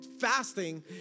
fasting